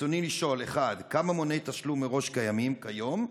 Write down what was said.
רצוני לשאול: 1. כמה מוני תשלום מראש קיימים כיום?